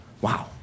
Wow